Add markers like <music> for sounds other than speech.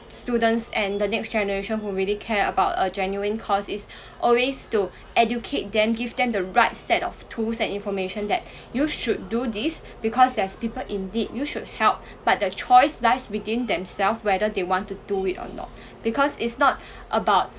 students and the next generation who really care about a genuine cause is <breath> always to educate them give them the right set of tools and information that <breath> you should do this because there's people in need you should help <breath> but the choice lies within themselves whether they want to do it or not <breath> because it's not <breath> about